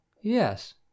Yes